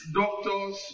doctors